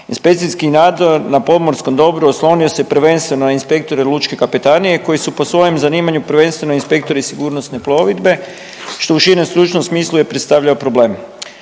Inspekcijski nadzor na pomorskom dobru oslonio se prvenstveno na inspektore lučke kapetanije koji su po svojem zanimanju prvenstveno inspektori sigurnosne plovidbe što u širem stručnom smislu je predstavljao problem.